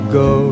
go